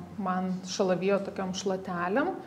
man šalavijo tokiom šluotelėm